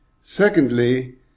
Secondly